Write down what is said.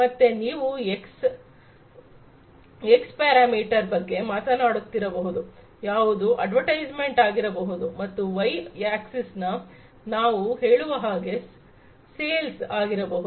ಮತ್ತೆ ನೀವು X parameter ಬಗ್ಗೆ ಮಾತನಾಡುತ್ತಿರಬಹುದು ಯಾವುದು ಅಡ್ವಟೈಸ್ಮೆಂಟ್ ಆಗಿರಬಹುದು ಮತ್ತು ವೈ ಯಾಕ್ಸಿಸ್ ನಾವು ಹೇಳುವ ಹಾಗೆ ಸೇಲ್ಸ ಆಗಿರಬಹುದು